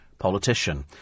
Politician